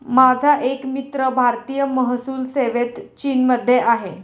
माझा एक मित्र भारतीय महसूल सेवेत चीनमध्ये आहे